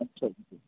আচ্ছা